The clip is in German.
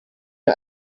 mir